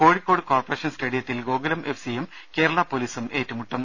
Kozhikode corporation സ്റ്റേഡിയത്തിൽ Gokulam F സിയും കേരള പോലീസും ഏറ്റുമുട്ടും